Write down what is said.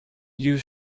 you